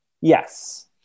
Yes